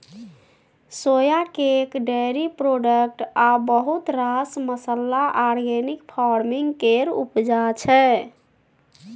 सोया cake, dairy product आ बहुत रास मसल्ला आर्गेनिक फार्मिंग केर उपजा छै